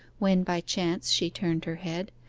when by chance she turned her head,